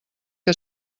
que